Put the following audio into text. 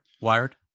Wired